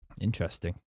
Interesting